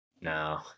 No